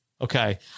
Okay